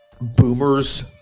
boomers